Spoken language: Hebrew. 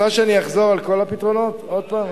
את רוצה שאני אחזור על כל הפתרונות עוד הפעם?